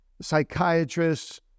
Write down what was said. psychiatrists